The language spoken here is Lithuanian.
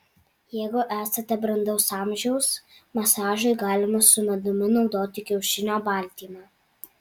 jeigu esate brandaus amžiaus masažui galima su medumi naudoti kiaušinio baltymą